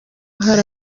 hari